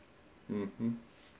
mmhmm